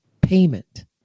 payment